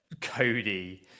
cody